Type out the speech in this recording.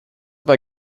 war